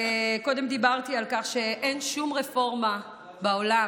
קודם דיברתי על כך שאין שום רפורמה בעולם